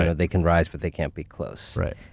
and they can rise but they can't be close. right.